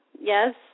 yes